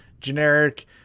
generic